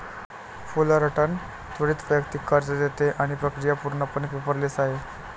Fullerton त्वरित वैयक्तिक कर्ज देते आणि प्रक्रिया पूर्णपणे पेपरलेस आहे